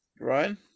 Ryan